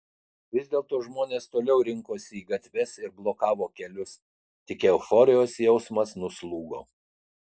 vis dėlto žmonės toliau rinkosi į gatves ir blokavo kelius tik euforijos jausmas nuslūgo